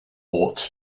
ought